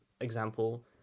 example